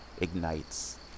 ignites